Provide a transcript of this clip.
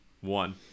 One